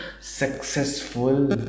successful